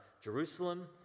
Jerusalem